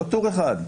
לא טור אחד,